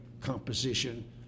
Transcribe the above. composition